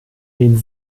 den